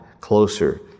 closer